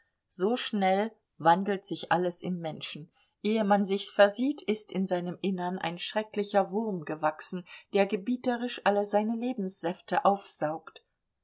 so schnell wandelt sich alles im menschen ehe man sich's versieht ist in seinem innern ein schrecklicher wurm gewachsen der gebieterisch alle seine lebenssäfte aufsaugt